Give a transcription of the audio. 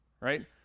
right